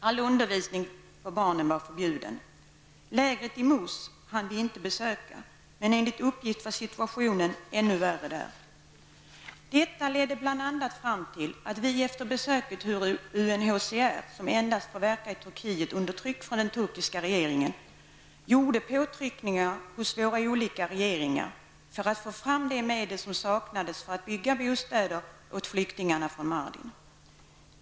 All undervisning av barnen var förbjuden. Lägret i Mus hann vi inte besöka, men enligt uppgift var situationen ännu värre där. Detta ledde bl.a. fram till att vi efter besöket hos UNHCR, som endat får verka i Turkiet under tryck från den turkiska regeringen, gjorde påtryckningar hos våra olika regeringar för att få fram de medel som saknades för att bygga bostäder åt flyktingarna i Mardin.